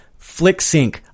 FlickSync